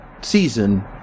season